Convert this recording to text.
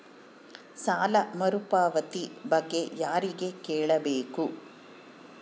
ಸಾಲ ಮರುಪಾವತಿ ಬಗ್ಗೆ ಯಾರಿಗೆ ಕೇಳಬೇಕು?